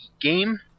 game